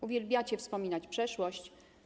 Uwielbiacie wspominać przeszłość.